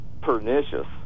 pernicious